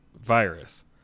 virus